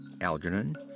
Algernon